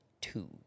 two